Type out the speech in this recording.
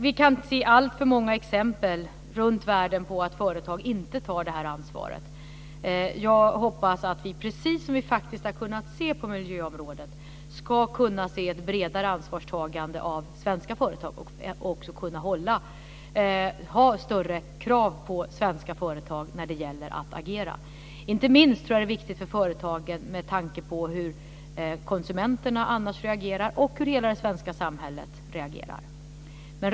Vi kan se alltför många exempel runt världen på att företag inte tar det här ansvaret. Jag hoppas att vi, precis som vi faktiskt har kunnat på miljöområdet, ska kunna se ett bredare ansvarstagande av svenska företag och också kunna ha större krav på svenska företag när det gäller att agera. Inte minst tror jag att det är viktigt för företagen med tanke på hur konsumenterna annars reagerar och hur hela det svenska samhället reagerar.